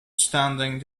standing